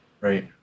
Right